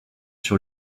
sur